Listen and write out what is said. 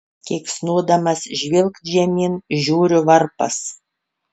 keiksnodamas žvilgt žemyn žiūriu varpas